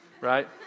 Right